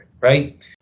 Right